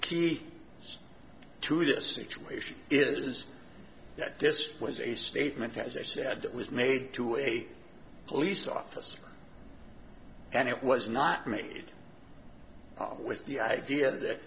key to the situation is that displays a statement as i said that was made to a police officer and it was not made with the idea that